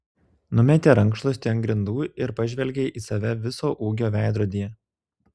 numetė rankšluostį ant grindų ir pažvelgė į save viso ūgio veidrodyje